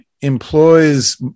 employs